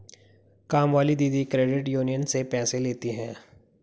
कामवाली दीदी credit union से पैसे लेती हैं